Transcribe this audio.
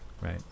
right